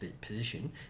position